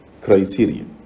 criteria